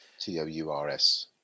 T-O-U-R-S